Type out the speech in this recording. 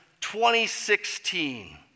2016